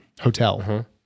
hotel